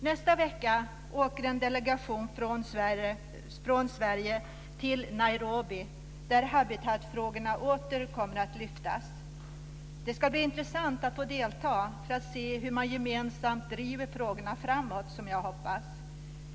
Nästa vecka åker en delegation från Sverige till Nairobi, där Habitatfrågorna åter kommer att lyftas. Det ska bli intressant att få delta för att se hur man gemensamt driver frågorna framåt, som jag hoppas.